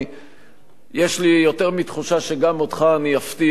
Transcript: יש לי יותר מתחושה שגם אותך אני אפתיע.